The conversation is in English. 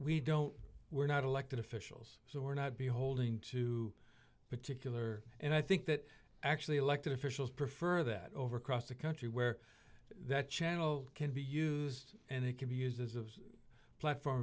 we don't we're not elected officials so we're not beholding to particular and i think that actually elected officials prefer that over across the country where that channel can be used and it can be used as a platform of